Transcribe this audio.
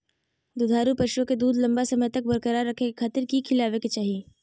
दुधारू पशुओं के दूध लंबा समय तक बरकरार रखे खातिर की खिलावे के चाही?